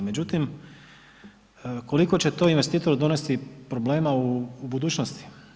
Međutim, koliko je to investitoru donesti problema u budućnosti?